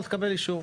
לא תקבל אישור.